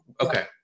Okay